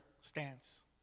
stance